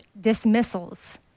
dismissals